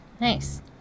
Nice